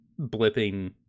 blipping